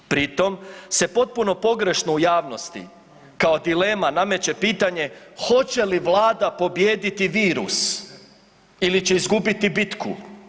Pri tom se potpuno pogrešno u javnosti kao dilema nameće pitanje hoće li vlada pobijediti virus ili će izgubiti bitku?